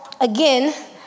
again